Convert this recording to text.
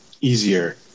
easier